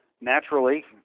naturally